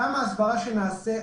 כמה הסברה שנעשה,